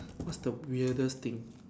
what's the weirdest thing